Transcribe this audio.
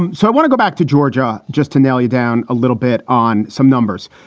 and so i want to go back to georgia just to nail you down a little bit on some numbers.